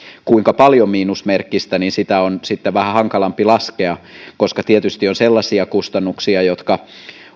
kuinka paljon miinusmerkkistä niin sitä on sitten vähän hankalampi laskea koska tietysti on sellaisia kustannuksia jotka